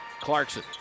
Clarkson